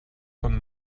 von